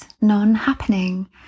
non-happening